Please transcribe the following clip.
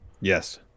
yes